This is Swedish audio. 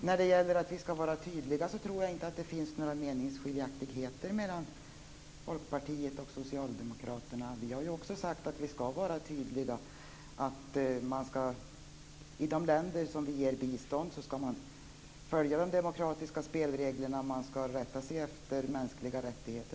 Herr talman! Jag tror inte att det finns några meningsskiljaktigheter mellan Folkpartiet och socialdemokraterna vad gäller att vi skall vara tydliga. Också vi har sagt att vi skall vara tydliga. De länder vi ger bistånd skall följa de demokratiska spelreglerna och ta hänsyn till mänskliga rättigheter.